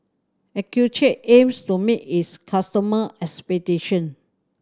Accucheck aims to meet its customer expectation